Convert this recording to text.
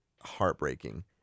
heartbreaking